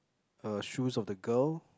uh shoes of the girl